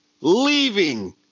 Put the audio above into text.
leaving